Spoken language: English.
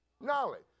Knowledge